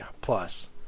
plus